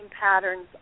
patterns